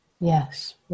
yes